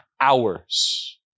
hours